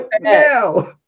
now